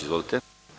Izvolite.